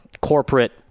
corporate